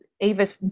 Ava's